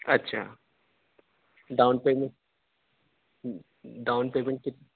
اچھا down payment down payment کتنا